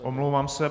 Omlouvám se.